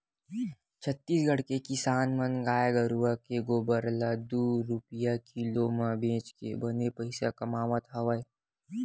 छत्तीसगढ़ के किसान मन गाय गरूवय के गोबर ल दू रूपिया किलो म बेचके बने पइसा कमावत हवय